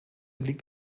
liegt